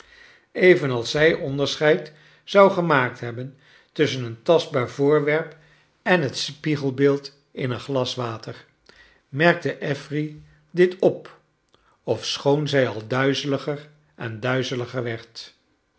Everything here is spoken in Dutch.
evenals zij onderscheid zou gemaakt hebben tusschen een tastbaar voorwerp en het sptegelbeeld kleine dorkit in een glas water merkte affery dit op ofschoon zij al duizeliger en duizeliger werd